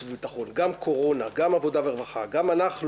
וביטחון גם קורונה גם העבודה והרווחה גם אנחנו